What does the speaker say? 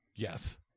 Yes